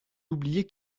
oubliez